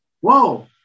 whoa